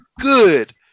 good